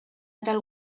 atal